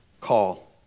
call